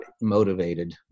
motivated